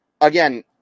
Again